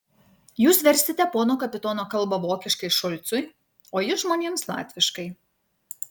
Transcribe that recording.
jūs versite pono kapitono kalbą vokiškai šulcui o jis žmonėms latviškai